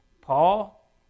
Paul